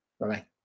Bye-bye